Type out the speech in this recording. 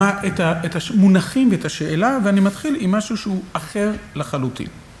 את המונחים ואת השאלה, ואני מתחיל עם משהו שהוא אחר לחלוטין.